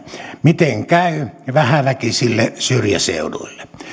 miten käy vähäväkisille syrjäseuduille